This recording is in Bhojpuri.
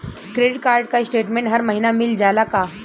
क्रेडिट कार्ड क स्टेटमेन्ट हर महिना मिल जाला का?